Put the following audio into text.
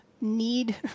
need